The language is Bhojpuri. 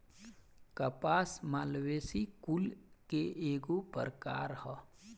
कपास मालवेसी कुल के एगो प्रकार ह